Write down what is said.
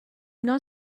not